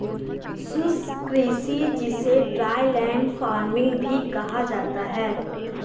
शुष्क कृषि जिसे ड्राईलैंड फार्मिंग भी कहा जाता है